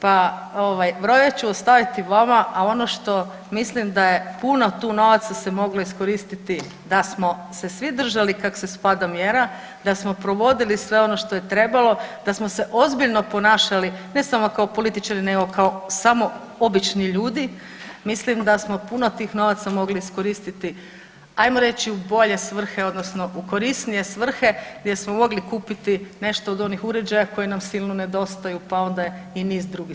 Pa brojeve ću ostaviti vama, a ono što mislim da je puno tu novaca se moglo iskoristiti da smo se svi držali kako se spada mjera, da smo provodili sve ono što je trebalo, da smo se ozbiljno ponašali ne samo kao političari, nego kao samo obični ljudi mislim da smo puno tih novaca mogli iskoristiti hajmo reći u bolje svrhe odnosno u korisnije svrhe gdje smo mogli kupiti nešto od onih uređaja koji nam silno nedostaju, pa onda i niz drugih stvari.